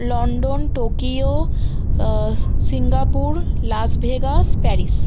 London Tokyo Singapore Las Vegas Paris